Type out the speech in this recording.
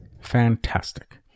fantastic